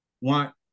want